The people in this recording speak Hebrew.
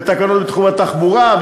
ותקנות בתחום התחבורה,